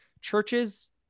churches